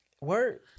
Work